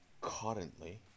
currently